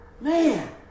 Man